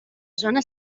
zona